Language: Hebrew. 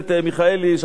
שאתה מתמיד כאן,